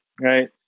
right